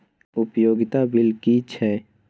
उपयोगिता बिल कि छै?